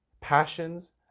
passions